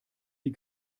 die